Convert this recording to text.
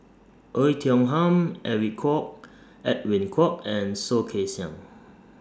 Oei Tiong Ham Edwin Koek Edwin Koek and Soh Kay Siang